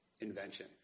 invention